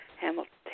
Hamilton